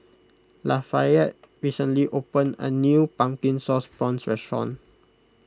Lafayette recently opened a new Pumpkin Sauce Prawns restaurant